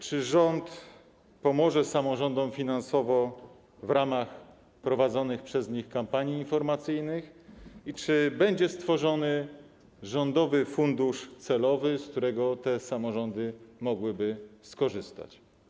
Czy rząd pomoże samorządom finansowo w ramach prowadzonych przez nie kampanii informacyjnych i czy będzie stworzony rządowy fundusz celowy, z którego te samorządy mogłyby skorzystać?